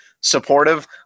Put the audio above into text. supportive